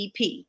EP